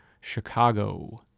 Chicago